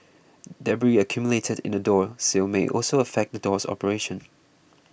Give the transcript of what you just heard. debris accumulated in the door sill may also affect the door's operation